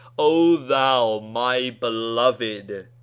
o thou, my beloved!